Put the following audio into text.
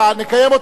נקיים אותו,